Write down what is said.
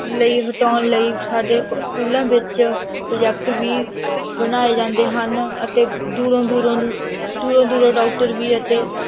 ਲਈ ਵਟਾਉਣ ਲਈ ਸਾਡੇ ਸਕੂਲਾਂ ਵਿੱਚ ਪ੍ਰੋਜੈਕਟ ਵੀ ਬਣਾਏ ਜਾਂਦੇ ਹਨ ਅਤੇ ਦੂਰੋਂ ਦੂਰੋਂ ਦੂਰੋਂ ਦੂਰੋਂ ਡਾਕਟਰ ਵੀ ਅਤੇ